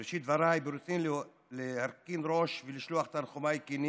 בראשית דבריי ברצוני להרכין ראש ולשלוח את תנחומיי הכנים